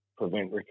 Prevent